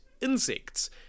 insects